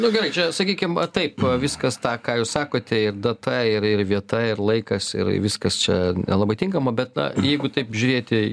nu gerai čia sakykim taip viskas tą ką jūs sakote data ir ir vieta ir laikas ir viskas čia nelabai tinkama bet na jeigu taip žiūrėti